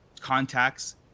contacts